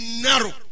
narrow